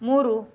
ಮೂರು